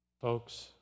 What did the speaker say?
Folks